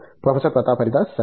professor Pratap Haridas సరే